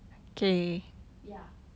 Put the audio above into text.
ya